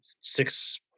six